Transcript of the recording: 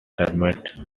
termed